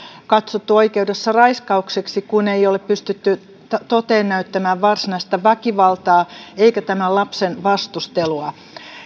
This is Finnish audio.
katsottu oikeudessa raiskaukseksi kun ei ole pystytty näyttämään toteen varsinaista väkivaltaa eikä lapsen vastustelua